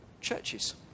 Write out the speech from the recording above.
churches